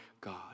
God